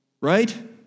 right